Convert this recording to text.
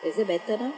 is it better now